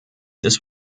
this